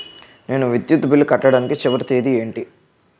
నేను విద్యుత్ బిల్లు కట్టడానికి చివరి తేదీ ఏంటి?